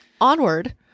onward